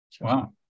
Wow